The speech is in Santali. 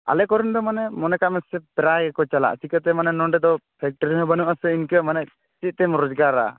ᱟᱞᱮ ᱠᱚᱨᱮᱱ ᱫᱚ ᱢᱟᱱᱮ ᱢᱚᱱᱮ ᱠᱟᱜ ᱢᱮ ᱯᱨᱟᱭ ᱜᱮᱠᱚ ᱪᱟᱞᱟᱜᱼᱟ ᱪᱤᱠᱟᱹᱛᱮ ᱢᱟᱱᱮ ᱱᱚᱸᱰᱮ ᱫᱚ ᱯᱷᱮᱠᱴᱨᱤ ᱦᱚᱸ ᱵᱟᱹᱱᱩᱜ ᱟᱥᱮ ᱤᱱᱠᱟᱹ ᱢᱟᱱᱮ ᱪᱮᱫ ᱛᱮᱢ ᱨᱚᱡᱜᱟᱨᱟ